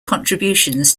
contributions